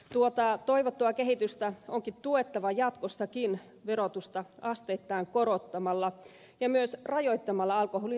tuota toivottua kehitystä onkin tuettava jatkossakin verotusta asteittain korottamalla ja myös rajoittamalla alkoholin saatavuutta